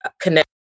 Connect